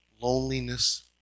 loneliness